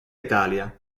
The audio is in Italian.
italia